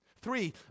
Three